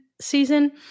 season